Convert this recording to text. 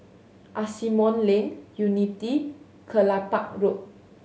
Asimont Lane Unity Kelopak Road